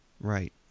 Right